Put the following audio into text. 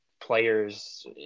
players